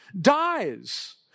dies